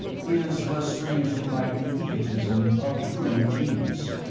his was strangely like the egotism of true genius.